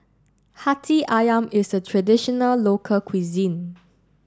Hati Ayam is a traditional local cuisine